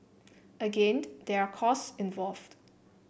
again there are costs involved